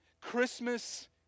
Christmas